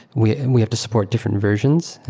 we and we have to support different versions,